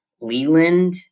Leland